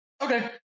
okay